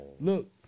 Look